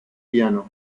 piano